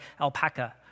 alpaca